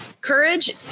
Courage